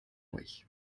euch